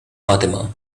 fatima